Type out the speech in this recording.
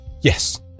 Yes